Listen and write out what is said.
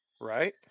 Right